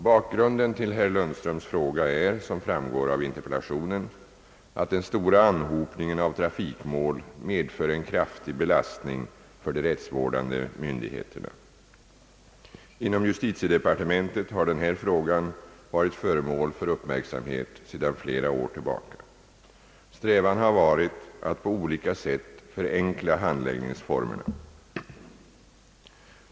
Bakgrunden till herr Lundströms fråga är, som framgår av interpellationen, att den stora anhopningen av trafikmål medför en kraftig belastning för de rättsvårdande myndigheterna. Inom justitiedepartementet har denna fråga varit föremål för uppmärksamhet sedan flera år tillbaka. Strävan har varit att på olika sätt förenkla handläggningsformerna.